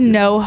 no